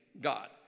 God